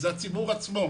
זה הציבור עצמו.